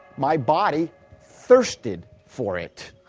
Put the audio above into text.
my body thirsted for it,